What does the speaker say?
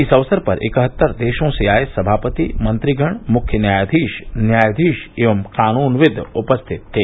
इस अवसर पर इकहत्तर देशों से आये सभापति मंत्रीगण मुख्य न्यायाधीश न्यायाधीश एवं कानूनविद् उपस्थित थे